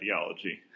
ideology